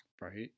Right